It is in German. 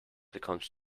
bekommst